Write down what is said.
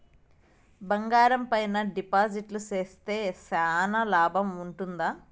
బంగారం పైన డిపాజిట్లు సేస్తే చానా లాభం ఉంటుందా?